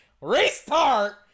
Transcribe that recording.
Restart